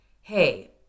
Hey